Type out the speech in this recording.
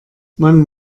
man